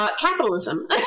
capitalism